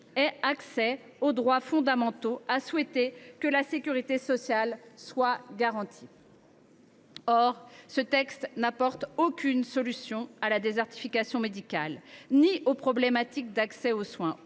aient accès aux droits fondamentaux, à souhaiter que la sécurité sociale soit garantie. Or ce texte n’apporte aucune solution à la désertification médicale, aux problématiques d’accès aux soins,